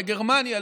לגרמניה,